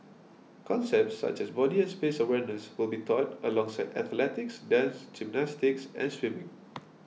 concepts such as body and space awareness will be taught alongside athletics dance gymnastics and swimming